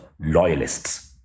loyalists